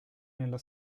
nella